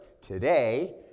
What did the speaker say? Today